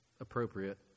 appropriate